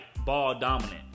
ball-dominant